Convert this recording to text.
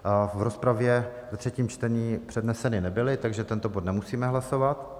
V rozpravě ve třetím čtení předneseny nebyly, takže o tomto bodu nemusíme hlasovat.